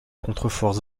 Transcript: contreforts